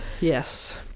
Yes